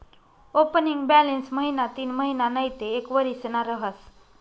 opening balance महिना तीनमहिना नैते एक वरीसना रहास